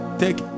Take